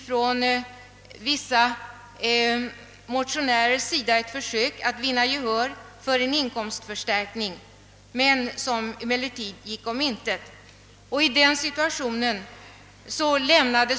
Försök av vissa motionärer att vinna gehör för en inkomstförstärkning gick också om intet.